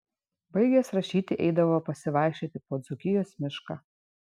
baigęs rašyti eidavo pasivaikščioti po dzūkijos mišką